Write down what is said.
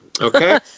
Okay